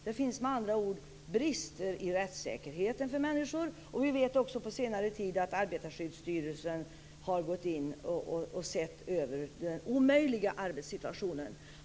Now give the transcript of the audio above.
Det finns med andra ord brister i rättssäkerheten för människor. Vi vet också att Arbetarskyddsstyrelsen på senare tid har gått in och sett över den omöjliga arbetssituationen.